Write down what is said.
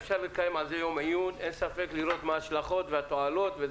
אפשר לקיים יום עיון ולראות מה ההשלכות והתועלות.